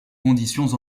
conditions